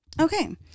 Okay